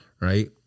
right